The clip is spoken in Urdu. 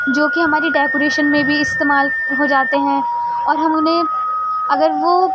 جوکہ ہماری ڈیکوریشن میں بھی استعمال ہو جاتے ہیں اور ہم انہیں اگر وہ